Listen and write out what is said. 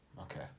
Okay